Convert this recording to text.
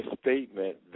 statement